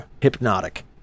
hypnotic